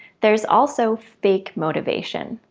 there's also fake motivation.